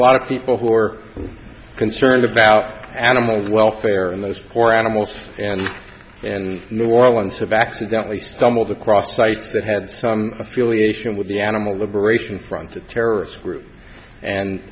lot of people who are concerned about animal welfare and those poor animals and and new orleans have accidentally stumbled across a site that had some affiliation with the animal liberation front a terrorist group and